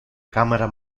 camera